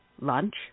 lunch